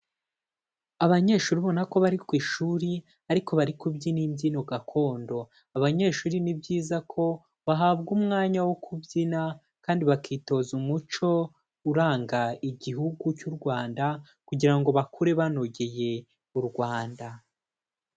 Abanyeshuri ubona ko bari ku ishuri, ariko bari kubyina imbyino gakondo, abanyeshuri ni byiza ko, bahabwa umwanya wo kubyina, kandi bakitoza umuco uranga igihugu cy'u Rwanda, kugira ngo bakure banogeye u Rwanda.